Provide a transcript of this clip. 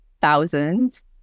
thousands